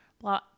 blah